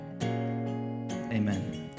amen